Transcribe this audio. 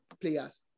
players